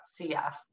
CF